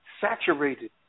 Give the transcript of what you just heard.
saturated